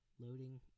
Loading